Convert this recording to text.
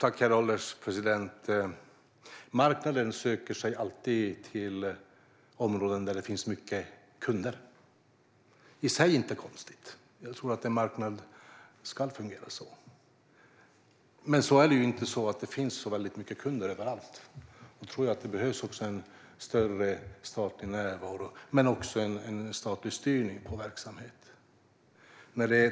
Herr ålderspresident! Marknaden söker sig alltid till områden där det finns mycket kunder. Det är i sig inte konstigt; jag tror att en marknad ska fungera så. Men det finns ju inte så väldigt mycket kunder överallt, och därför tror jag att det behövs en större statlig närvaro - och även en statlig styrning av verksamheten.